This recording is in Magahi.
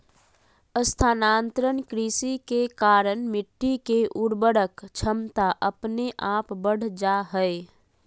स्थानांतरण कृषि के कारण मिट्टी के उर्वरक क्षमता अपने आप बढ़ जा हय